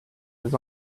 his